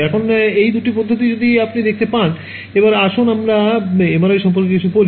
এখন এই দুটি পদ্ধতিই যদি আপনি দেখতে পান এবার আসুন আমরা এমআরআই সম্পর্কে কিছু বলি